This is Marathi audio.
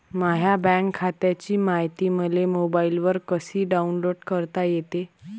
माह्या बँक खात्याची मायती मले मोबाईलवर कसी डाऊनलोड करता येते?